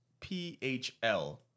PHL